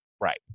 Right